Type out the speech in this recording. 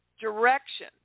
direction